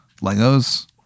Legos